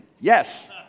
Yes